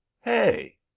Hey